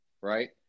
right